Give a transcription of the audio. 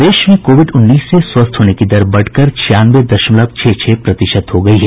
प्रदेश में कोविड उन्नीस से स्वस्थ होने की दर बढ़कर छियानवे दशमलव छह छह प्रतिशत हो गयी है